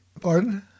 Pardon